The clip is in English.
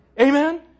Amen